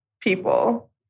people